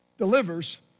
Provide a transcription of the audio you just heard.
delivers